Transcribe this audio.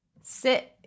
sit